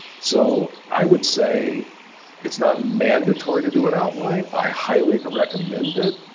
so i would say it's not mandatory to do an outline. i highly recommend it.